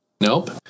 Nope